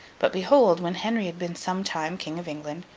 but, behold, when henry had been some time king of england,